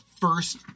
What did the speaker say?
first